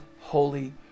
Holy